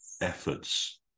efforts